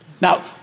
Now